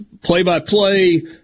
play-by-play